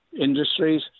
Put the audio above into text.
industries